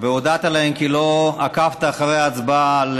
והודעת להן כי לא עקבת אחרי ההצבעה על,